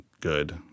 good